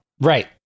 Right